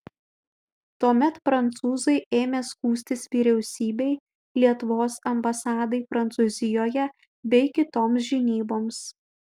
tuomet prancūzai ėmė skųstis vyriausybei lietuvos ambasadai prancūzijoje bei kitoms žinyboms